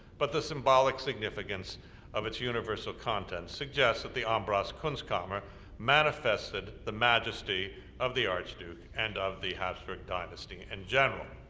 but the symbolic significance of its universal contents suggest that the ambras kunstkammer manifested the majesty of the archduke and of the hapsburg dynasty in general.